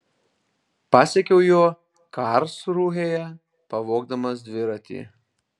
pasekiau juo karlsrūhėje pavogdamas dviratį